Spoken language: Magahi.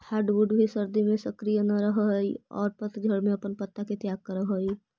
हार्डवुड भी सर्दि में सक्रिय न रहऽ हई औउर पतझड़ में अपन पत्ता के त्याग करऽ हई